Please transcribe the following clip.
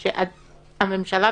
אומר,